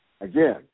again